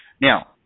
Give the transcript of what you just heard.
Now